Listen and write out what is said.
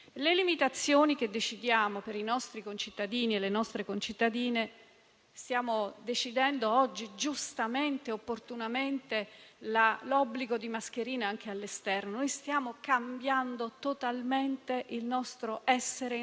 L'esperienza attuale ci insegnerà cosa fare nel futuro per prepararci a eventuali nuove pandemie. Il Covid-19 potrebbe essere in questo senso un'opportunità che va oltre il disastro creato.